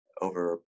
over